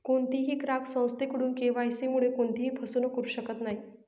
कोणीही ग्राहक संस्थेकडून के.वाय.सी मुळे कोणत्याही फसवणूक करू शकत नाही